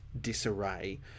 disarray